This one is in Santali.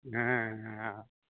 ᱦᱮᱸ ᱦᱮᱸ